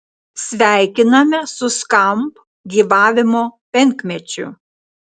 sveikiname su skamp gyvavimo penkmečiu